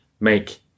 make